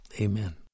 Amen